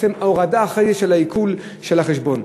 עצם ההורדה אחרי זה של העיקול של החשבון.